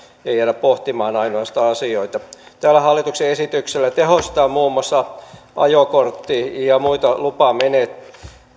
ainoastaan jäädä pohtimaan asioita tällä hallituksen esityksellä tehostetaan muun muassa ajokortti ja muita lupamenettelyjä